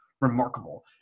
remarkable